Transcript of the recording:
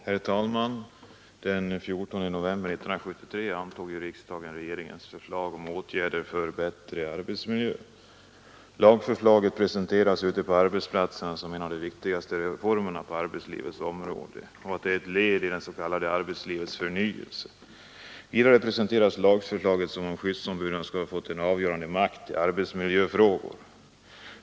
Herr talman! Den 14 november 1973 antog riksdagen regeringens lagförslag om åtgärder för bättre arbetsmiljö. Lagförslaget presenteras ute på arbetsplatserna som en av de viktigaste reformerna på arbetslivets område och som ett led i en s.k. förnyelse av arbetslivet. Vidare presenteras lagförslaget som om skyddsombuden skulle ha fått en avgörande makt i arbetsmiljöfrågor.